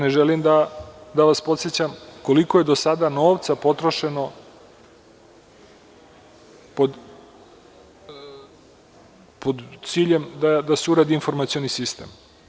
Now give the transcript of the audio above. Ne želim da vas podsećam koliko je do sada novca potrošeno pod ciljem da se uradi informacioni sistem.